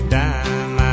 dime